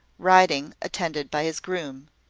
riding, attended by his groom.